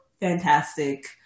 fantastic